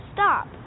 Stop